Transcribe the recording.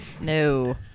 No